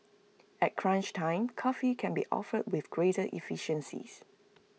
at crunch time coffee can be offered with greater efficiencies